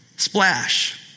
Splash